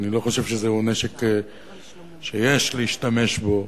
אני לא חושב שזהו נשק שיש להשתמש בו,